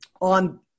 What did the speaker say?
on